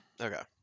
Okay